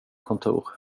kontor